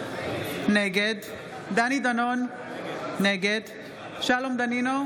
נגד דני דנון, נגד שלום דנינו,